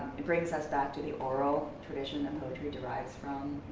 brings us back to the oral tradition that poetry derives from.